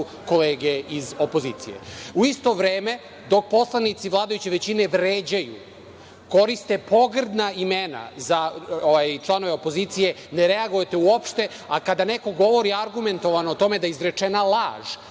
kolege iz opozicije.U isto vreme, dok poslanici vladajuće većine vređaju, koriste pogrdna imena za članove opozicije, ne reagujete uopšte, a kada neko govori argumentovano o tome da je izrečena laž